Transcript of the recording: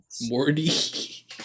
Morty